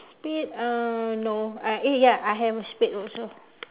spade uh no I eh ya I have a spade also